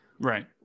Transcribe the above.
Right